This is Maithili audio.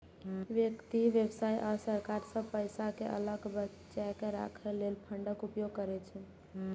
व्यक्ति, व्यवसाय आ सरकार सब पैसा कें अलग बचाके राखै लेल फंडक उपयोग करै छै